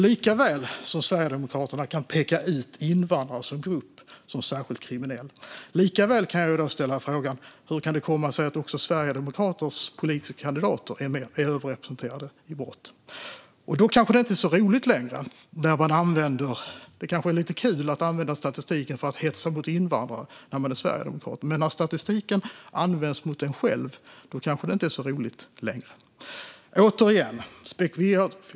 Likaväl som Sverigedemokraterna kan peka ut invandrare som en särskilt kriminell grupp kan jag fråga hur det kommer sig att också Sverigedemokraternas politiska kandidater är överrepresenterade i fråga om brott. Då är det kanske inte så roligt längre. Det är kanske lite kul att använda statistiken för att hetsa mot invandrare när man är sverigedemokrat, men när statistiken används mot en själv är det kanske inte så roligt längre.